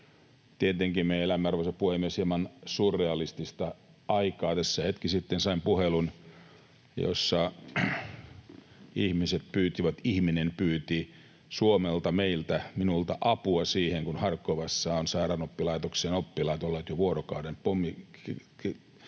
Tietenkin me elämme, arvoisa puhemies, hieman surrealistista aikaa. Tässä hetki sitten sain puhelun, jossa ihminen pyysi Suomelta, meiltä, minulta, apua siihen, kun Harkovassa ovat sairaanhoito-oppilaitoksen oppilaat olleet jo vuorokauden laitoksensa